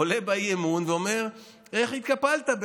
עולה באי-אמון ואומר: איך התקפלת,